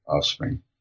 offspring